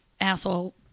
asshole